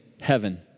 heaven